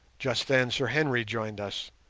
just then sir henry joined us,